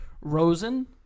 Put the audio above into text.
Rosen